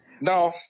No